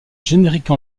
générique